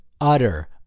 utter